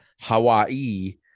hawaii